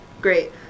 Great